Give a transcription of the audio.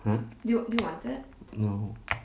!huh! no